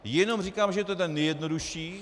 Jenom říkám, že je to ten nejjednodušší.